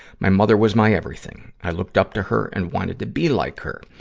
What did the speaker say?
my mother was my everything. i looked up to her and wanted to be like her.